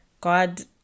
god